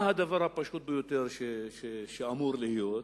מה הדבר הפשוט ביותר שאמור להיות,